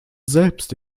selbst